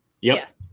Yes